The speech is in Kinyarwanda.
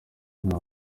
nka